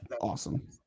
awesome